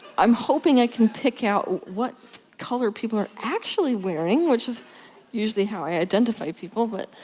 i'm hoping i can pick out what color people are actually wearing which is usually how i identify people. but.